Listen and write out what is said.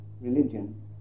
religion